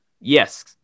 Yes